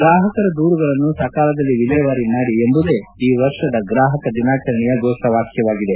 ಗ್ರಾಹಕರ ದೂರುಗಳನ್ನು ಸಕಾಲದಲ್ಲಿ ವಿಲೇವಾರಿ ಮಾಡಿ ಎಂಬುದೇ ಈ ವರ್ಷದ ಗ್ರಾಹಕ ದಿನಾಚರಣೆಯ ಘೋಷವಾಕ್ಲವಾಗಿದೆ